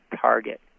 target